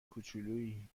کوچولویی